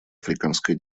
африканской